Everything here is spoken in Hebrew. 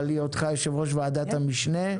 על היותך יושב-ראש ועדת המשנה.